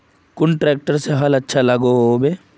कुन ट्रैक्टर से हाल अच्छा लागोहो होबे?